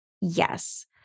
Yes